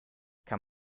kann